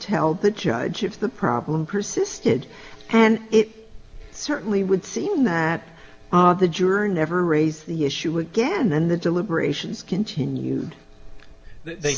tell the judge if the problem persisted and it certainly would seem that the jury never raised the issue again then the deliberations continued they